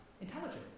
intelligent